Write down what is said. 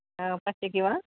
प्रत्येकी हो